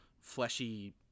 fleshy